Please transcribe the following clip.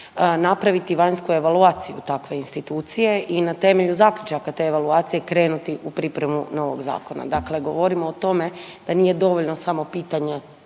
napraviti vanjsku evaluaciju takve institucije i na temelju zaključaka te evaluacije krenuti u pripremu novog zakona. Dakle, govorimo o tome da nije dovoljno samo pitanje,